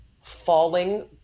falling